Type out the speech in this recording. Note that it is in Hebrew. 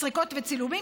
סריקות וצילומים,